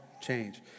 change